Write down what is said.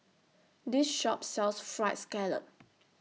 This Shop sells Fried Scallop